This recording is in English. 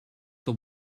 that